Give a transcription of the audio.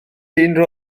unrhyw